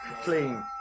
clean